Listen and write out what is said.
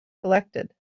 collected